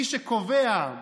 מי שקובע,